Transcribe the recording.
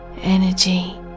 energy